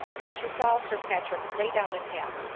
when she saw sir patrick lay down his hat,